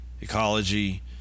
ecology